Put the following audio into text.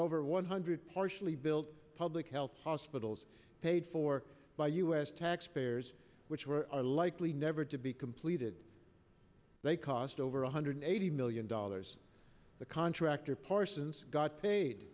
over one hundred partially build public health hospitals paid for by us taxpayers which were are likely never to be completed they cost over one hundred eighty million dollars the contractor parsons got paid